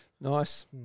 Nice